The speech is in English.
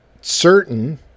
certain